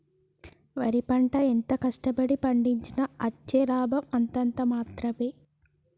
వరి పంట ఎంత కష్ట పడి పండించినా అచ్చే లాభం అంతంత మాత్రవే